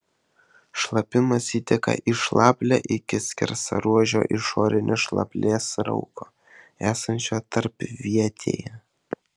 šlapimas įteka į šlaplę iki skersaruožio išorinio šlaplės rauko esančio tarpvietėje